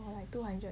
or like two hundred